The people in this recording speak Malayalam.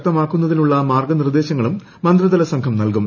ശക്തമാക്കുന്നതിനുള്ള മാർഗ്ഗനിർദ്ദേശങ്ങളും മന്ത്രിതല സംഘം നൽകും